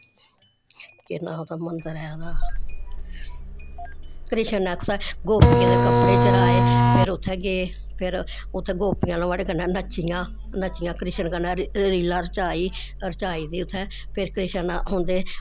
केह् नांऽ मन्दर उत्थै मंदर ऐ ओह्दा कृष्ण ऐ उत्थैं गोपियें दे कपड़े चुराए फिर उत्थैं गे फिर उत्थैं गोपियां नोहाड़े कन्नै नच्चियां नच्चियां कृष्ण कन्नै लीली रचाई रचाई ते उत्थै फिर कृष्ण औंदे